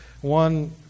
one